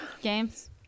games